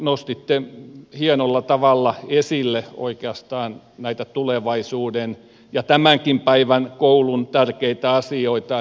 nostitte hienolla tavalla esille oikeastaan näitä tulevaisuuden ja tämänkin päivän koulun tärkeitä asioita